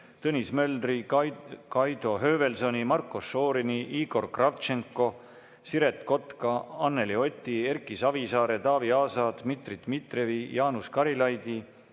Tõnis Möldri, Kaido Höövelsoni, Marko Šorini, Igor Kravtšenko, Siret Kotka, Anneli Oti, Erki Savisaare, Taavi Aasa, Dmitri Dmitrijevi, Jaanus Karilaidi